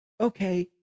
Okay